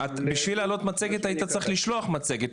בשביל להעלות מצגת היית צריך לשלוח מצגת,